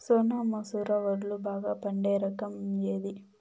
సోనా మసూర వడ్లు బాగా పండే రకం ఏది